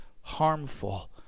harmful